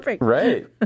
Right